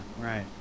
right